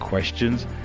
Questions